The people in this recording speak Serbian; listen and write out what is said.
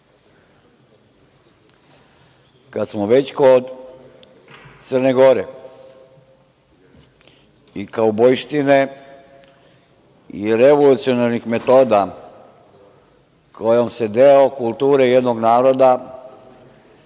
smo već kod Crne Gore i kaubojštine i revolucionarnih metoda kojom se deo kulture jednog naroda